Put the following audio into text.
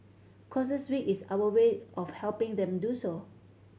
causes Week is our way of helping them do so